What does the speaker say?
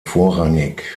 vorrangig